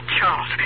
Charles